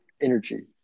energy